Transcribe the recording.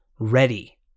ready